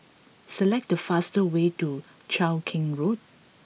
select the fastest way to Cheow Keng Road